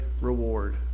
reward